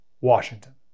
Washington